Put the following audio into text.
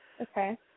Okay